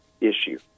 issue